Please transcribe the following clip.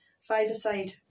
five-a-side